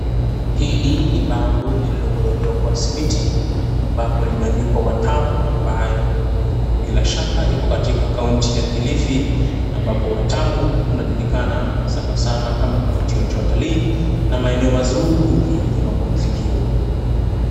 Hili ni bango lililokorogewa kwa simiti ambapo limeandikwa Watamu ambayo bila shaka iko katika kaunti ya Kilifi ambapo Watamu huku kunajulikana sana sana kama kivutio cha watalii na maeneo mazuuri ya mapumzikio.